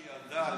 הייתה אישה שילדה,